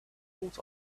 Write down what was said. thought